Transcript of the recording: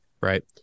Right